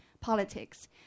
politics